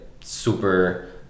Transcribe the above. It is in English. super